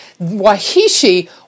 Wahishi